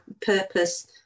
purpose